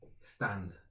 stand